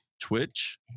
Twitch